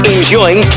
Enjoying